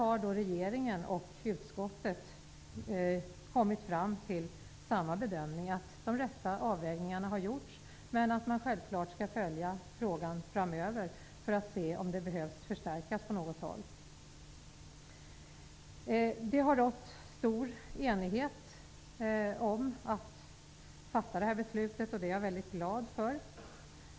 Här har regeringen och utskottet kommit fram till samma bedömning, att de rätta avvägningarna har gjorts, men att man självfallet skall följa frågan framöver för att se om det behövs förstärkning på något håll. Det har rått stor enighet om detta beslut, och det är jag väldigt glad för.